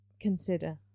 consider